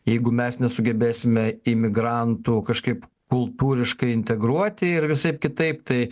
jeigu mes nesugebėsime imigrantų kažkaip kultūriškai integruoti ir visaip kitaip tai